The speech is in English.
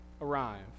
arrive